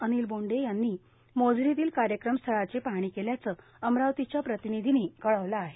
अनिल बोंडे यांनी मोझरीतील कार्यक्रम स्थळाची पाहणी केल्याचं अमरावतीच्या प्रतिनिधीनं कळवलं आहे